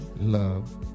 Love